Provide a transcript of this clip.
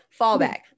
fallback